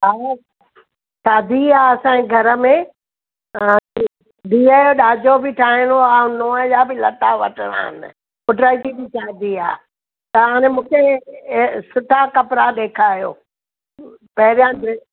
भाऊ शादी आहे असांजे घर में धीअ जो ॾाजो बि ठाहिणो ऐं नूंहजा बि लटा वठणा आहिनि पुट जी बि शादी आहे त हाणे मूंखे ऐं सुठा कपिड़ा ॾेखारियो पहिरियां ड्रेस